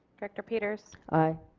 director peters aye.